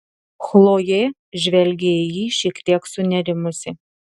chlojė žvelgė į jį šiek tiek sunerimusi